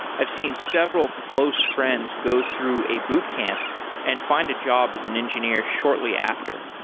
i've seen several close friends go through a boot camp and find a job as an engineer shortly after.